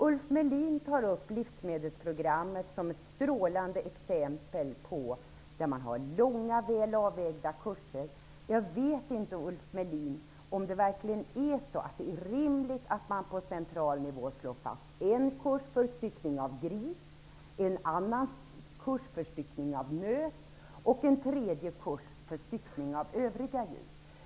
Ulf Melin tar upp livsmedelsprogrammet som ett strålande exempel på långa, väl avvägda kurser. Jag vet inte om det verkligen är rimligt att man på central nivå slår fast en kurs för styckning av gris, en annan kurs för styckning av nöt och en tredje kurs för styckning av övriga djur.